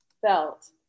felt